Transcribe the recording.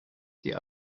die